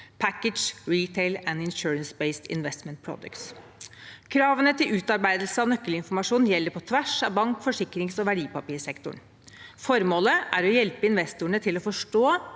«packaged retail and insurance based investment products». Kravene til utarbeidelse av nøkkelinformasjon gjelder på tvers av bank-, forsikrings- og verdipapirsektoren. Formålet er å hjelpe investorene til å forstå